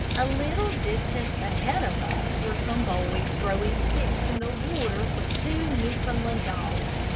a little distance ahead of us were some boys throwing sticks in the water for two newfoundland dogs.